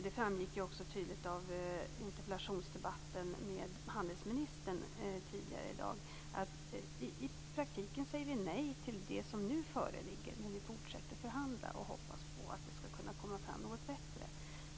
Det framgick också tydligt av interpellationsdebatten med handelsministern tidigare i dag att vi i praktiken säger nej till det som nu föreligger men att vi fortsätter att förhandla och hoppas på att det skall komma fram något bättre.